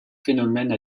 phénomène